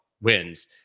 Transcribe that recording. wins